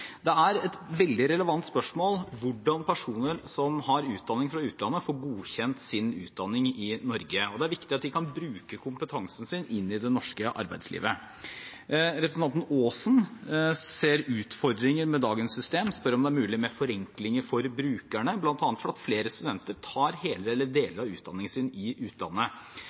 Det er et veldig relevant spørsmål hvordan personer som har utdanning fra utlandet, får godkjent sin utdanning i Norge. Det er viktig at de kan bruke kompetansen inn i det norske arbeidslivet. Representanten Aasen ser utfordringer med dagens system og spør om det er mulig med forenklinger for brukerne, bl.a. for at flere studenter tar hele eller deler av utdanningen sin i utlandet.